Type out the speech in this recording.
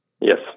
Yes